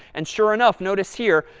and sure enough, notice here,